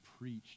preached